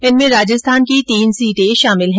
इनमें राजस्थान की तीन सीटे शामिल हैं